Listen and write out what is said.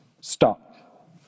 Stop